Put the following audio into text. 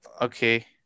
Okay